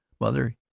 Mother